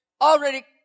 already